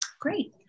Great